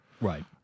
Right